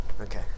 Okay